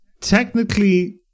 technically